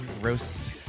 roast